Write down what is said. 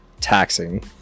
taxing